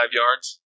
yards